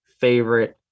favorite